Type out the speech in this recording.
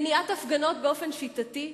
מניעת הפגנות באופן שיטתי,